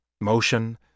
Motion